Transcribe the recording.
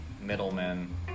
middlemen